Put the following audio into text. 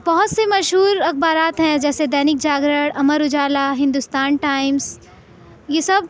بہت سے مشہور اخبارات ہیں جیسے دینک جاگرن امر اجالا ہندوستان ٹائمس یہ سب